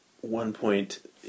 one-point